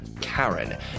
Karen